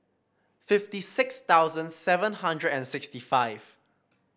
fifty six thousand seven hundred and sixty five